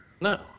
No